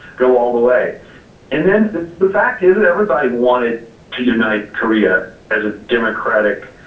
go all the way and then the fact is that everybody wanted to unite korea as a democratic,